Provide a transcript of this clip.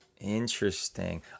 Interesting